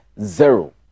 zero